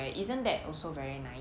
I don't know leh I think that